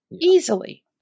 easily